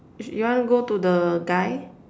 you want to go to the guy